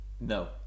No